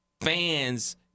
fans